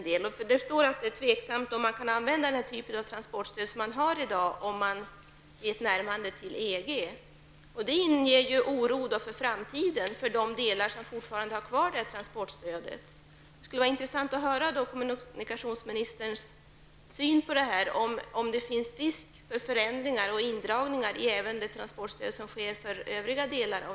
Det står att det är tveksamt om man kan använda den typ av transportstöd som vi har i dag vid ett närmande till EG. Det inger oro för framtiden för dem som fortfarande har transportstöd. Det skulle vara intressant att få ta del av kommunikationsministerns syn på detta. Finns det risk för förändringar och indragningar i även det transportstöd som ges till övriga delar av